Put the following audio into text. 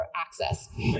access